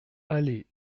allée